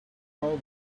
how